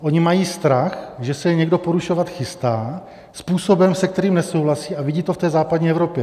Oni mají strach, že se je někdo porušovat chystá způsobem, se kterým nesouhlasí, a vidí to v té západní Evropě.